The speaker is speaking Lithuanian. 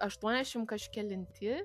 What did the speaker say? aštuoniašim kažkelinti